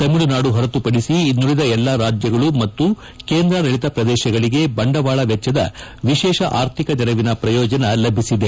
ತಮಿಳುನಾಡು ಹೊರತುಪಡಿಸಿ ಇನ್ನುಳದ ಎಲ್ಲಾ ರಾಜ್ಯಗಳು ಮತ್ತು ಕೇಂದ್ರಾಡಳಿತ ಪ್ರದೇಶಗಳಿಗೆ ಬಂಡವಾಳ ವೆಚ್ಚದ ವಿಶೇಷ ಆರ್ಥಿಕ ನೆರವಿನ ಪ್ರಯೋಜನ ಲಭಿಸಿದೆ